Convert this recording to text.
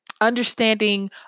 understanding